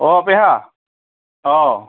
অঁ পেহা অঁ